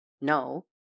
No